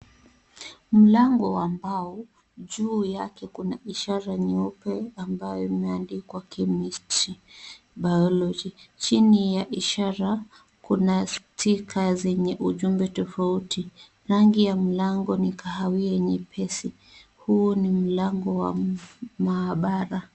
Mlango wa mbao, juu yake kuna ishara nyeupe ambayo imeandikwa Chemisry, Biology . Chini ya ishara kuna stika zenye ujumbe tofauti. Rangi ya mlangoni ni kahawia nyepesi. Huu ni mlango wa maabara.